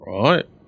right